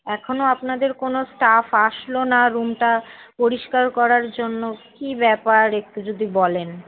এখনও আপনাদের কোন স্টাফ আসলো না রুমটা পরিষ্কার করার জন্য কী ব্যাপার একটু যদি বলেন